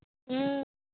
ᱦᱩᱸ